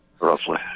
roughly